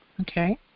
Okay